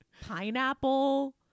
pineapple